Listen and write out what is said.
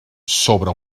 sobre